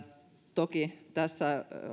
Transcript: toki tässä